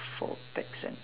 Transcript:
for pet center